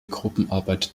gruppenarbeit